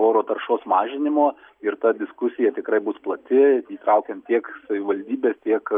oro taršos mažinimo ir ta diskusija tikrai bus plati įtraukiant tiek savivaldybes tiek